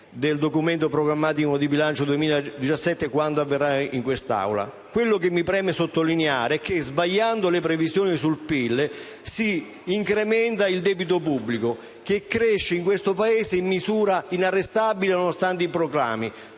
del Documento programmatico di bilancio 2017, quando verrà esaminato dall'Assemblea. Quello che mi preme sottolineare è che sbagliando le previsioni sul PIL si incrementa il debito pubblico che cresce in questo Paese in maniera inarrestabile, nonostante i proclami: